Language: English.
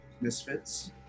misfits